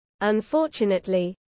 Unfortunately